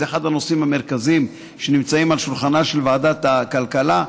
זה אחד הנושאים המרכזיים שנמצאים על שולחנה של ועדת הכלכלה.